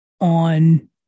on